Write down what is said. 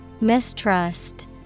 Mistrust